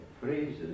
phrases